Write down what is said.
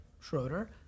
Schroeder